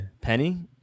Penny